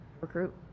Recruit